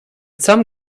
some